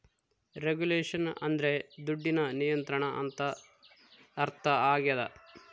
regulation ಅಂದ್ರೆ ದುಡ್ಡಿನ ನಿಯಂತ್ರಣ ಅಂತ ಅರ್ಥ ಆಗ್ಯದ